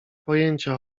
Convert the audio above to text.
pojęcia